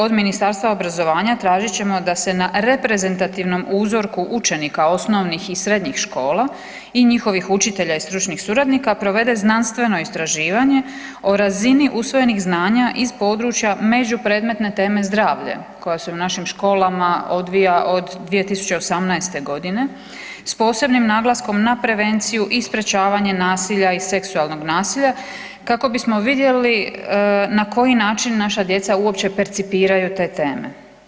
Od Ministarstva obrazovanja tražit ćemo da se na reprezentativnom uzorku učenika osnovnih i srednjih škola i njihovih učitelja i stručnih suradnika provede znanstveno istraživanje o razini usvojenih znanja iz područja međupredmetne teme „Zdravlje“ koja se u našim školama odvija od 2018.g. s posebnim naglaskom na prevenciju i sprječavanje nasilja i seksualnog nasilja kako bismo vidjeli na koji način naša djeca uopće percipiraju te teme.